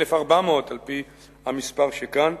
1,400 על-פי המספר שכאן,